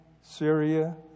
Syria